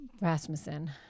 Rasmussen